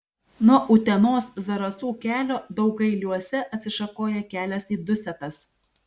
nuo utenos zarasų kelio daugailiuose atsišakoja kelias į dusetas